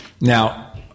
Now